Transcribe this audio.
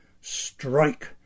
strike